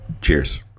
Cheers